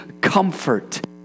comfort